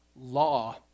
law